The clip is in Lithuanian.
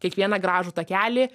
kiekvieną gražų takelį